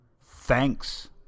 Thanks